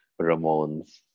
Ramones